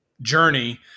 journey